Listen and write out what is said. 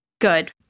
good